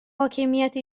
حاکمیت